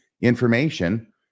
information